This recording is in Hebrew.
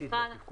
נבחן את זה,